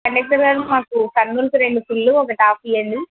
కండక్టర్గారు మాకు కర్నూలుకి రెండు ఫుల్లు ఒకటి హాఫ్ ఇయ్యండి